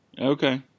okay